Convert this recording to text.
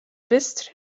best